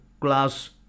class